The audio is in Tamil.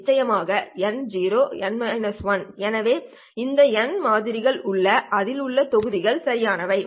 நிச்சயமாக n 0 N 1 எனவே இந்த N மாதிரிகள் உள்ளன அதில் உள்ள தொகுதி சரியானவை